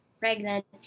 pregnant